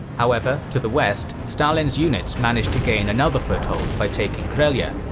however, to the west, stalin's units managed to gain another foothold by taking kelja.